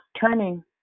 turning